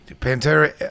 Pantera